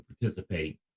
participate